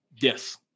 Yes